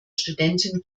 studentin